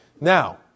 Now